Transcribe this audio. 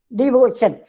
devotion